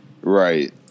Right